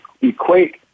equate